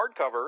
hardcover